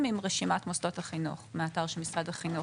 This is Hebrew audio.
לרשימת מוסדות החינוך מהאתר של מוסדות החינוך,